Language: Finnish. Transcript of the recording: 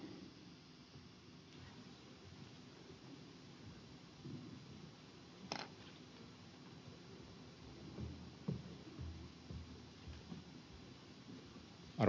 arvoisa puhemies